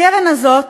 הקרן הזאת